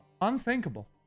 unthinkable